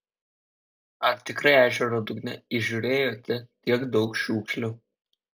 ar tikrai ežero dugne įžiūrėjote tiek daug šiukšlių